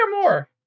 more